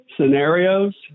scenarios